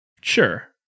Sure